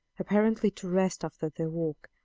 apparently to rest after their walk,